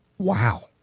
Wow